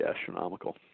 astronomical